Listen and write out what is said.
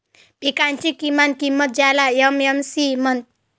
पिकांची किमान किंमत ज्याला एम.एस.पी म्हणतात